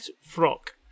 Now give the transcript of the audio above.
frock